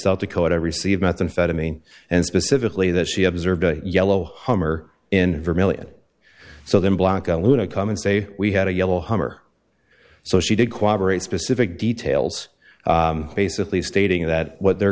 south dakota received methamphetamine and specifically that she observed a yellow hummer in vermillion so then black aluna come and say we had a yellow hummer so she did cooperate specific details basically stating that what they're